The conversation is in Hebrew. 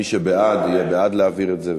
מי שבעד יהיה בעד להעביר את זה,